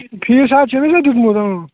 fees حظ چھُ أمۍ دِیُتمُت اۭں